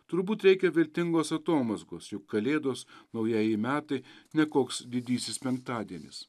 turbūt reikia vertingos atomazgos juk kalėdos naujieji metai ne koks didysis penktadienis